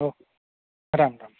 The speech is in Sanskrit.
ओह् रां राम्